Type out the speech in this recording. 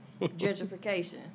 Gentrification